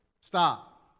stop